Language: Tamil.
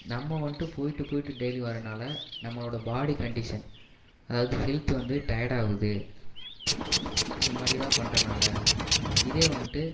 நம்ம வந்துட்டு போய்ட்டு போய்ட்டு டெய்லியும் வர்றதுனால நம்மளோட பாடி கண்டிஷன் அதாவது ஹெல்த் வந்து டயர்ட் ஆகுது இந்த மாதிரிலாம் பண்றதுனால இதே வந்துட்டு